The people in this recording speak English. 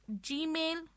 Gmail